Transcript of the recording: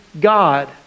God